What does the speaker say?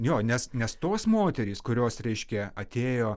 jo nes nes tos moterys kurios reiškia atėjo